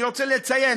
אני רוצה לציין,